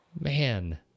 Man